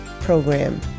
program